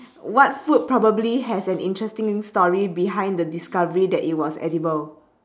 what food probably has an interesting story behind the discovery that it was edible